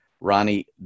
Ronnie